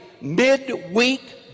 midweek